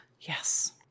Yes